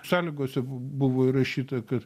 sąlygose buvo įrašyta kad